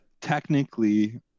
technically